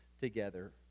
together